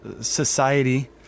society